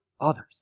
others